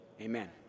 Amen